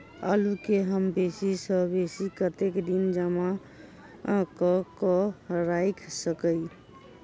आलु केँ हम बेसी सऽ बेसी कतेक दिन जमा कऽ क राइख सकय